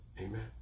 Amen